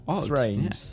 strange